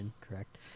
correct